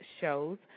shows